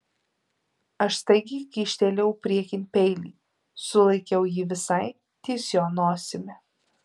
aš staigiai kyštelėjau priekin peilį sulaikiau jį visai ties jo nosimi